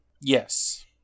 Yes